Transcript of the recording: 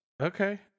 Okay